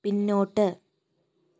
പിന്നോട്ട്